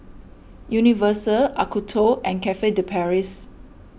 Universal Acuto and Cafe De Paris